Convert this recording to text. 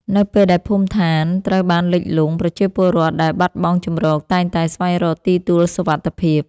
នៅពេលដែលភូមិឋានត្រូវបានលិចលង់ ប្រជាពលរដ្ឋដែលបាត់បង់ជម្រកតែងតែស្វែងរកទីទួលសុវត្ថិភាព។